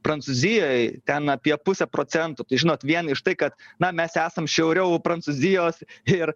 prancūzijoj ten apie pusę procento tai žinot vien iš tai kad na mes esam šiauriau prancūzijos ir